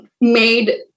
made